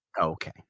Okay